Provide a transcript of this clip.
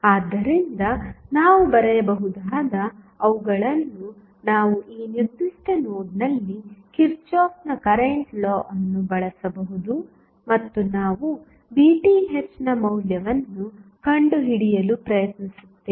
ಆದ್ದರಿಂದ ನಾವು ಬರೆಯಬಹುದಾದ ಅವುಗಳನ್ನು ನಾವು ಈ ನಿರ್ದಿಷ್ಟ ನೋಡ್ನಲ್ಲಿ ಕಿರ್ಚಾಫ್ನ ಕರೆಂಟ್ ಲಾ ಅನ್ನು ಬಳಸಬಹುದು ಮತ್ತು ನಾವು VThನ ಮೌಲ್ಯವನ್ನು ಕಂಡುಹಿಡಿಯಲು ಪ್ರಯತ್ನಿಸುತ್ತೇವೆ